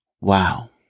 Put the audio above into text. wow